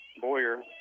Boyer